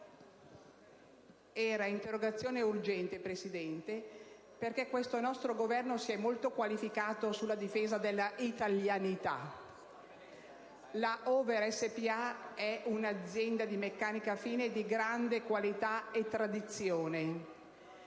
Era un'interrogazione urgente, signora Presidente, perché questo nostro Governo si è molto qualificato sulla difesa della italianità. La Over Spa è un'azienda di meccanica fine di grande qualità e tradizione.